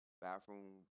Bathroom